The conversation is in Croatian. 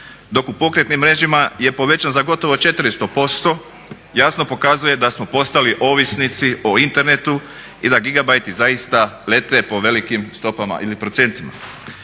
dok u pokretnim mrežama je povećan za gotovo 400%. To jasno pokazuje da smo postali ovisnici o internetu i da gigabajti zaista lete po velikim stopama ili postocima.